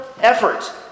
effort